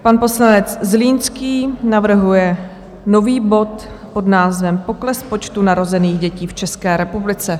Pan poslanec Zlínský navrhuje nový bod pod názvem Pokles počtu narozených dětí v České republice.